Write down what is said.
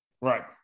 Right